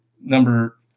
number